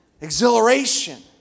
exhilaration